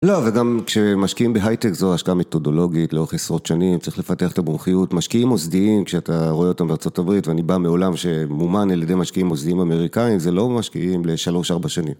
לא, וגם כשמשקיעים בהייטק זו השקעה מיתודולוגית לאורך עשרות שנים, צריך לפתח את המומחיות. משקיעים מוסדיים, כשאתה רואה אותם בארה״ב ואני בא מעולם שמומן על ידי משקיעים מוסדיים אמריקאים, זה לא משקיעים לשלוש-ארבע שנים.